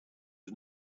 was